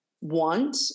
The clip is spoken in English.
want